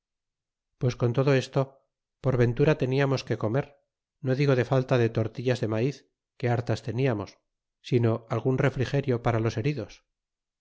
pues con todo esto por ventura teniamos que comer no digo de falta de tortillas de maiz que hartas tentamos sino algun refrigerio para los heridos